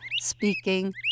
speaking